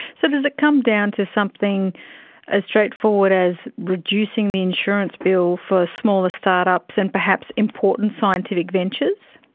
so does it come down to something as straightforward as reducing the insurance bill for smaller start-ups and perhaps important scientific ventures?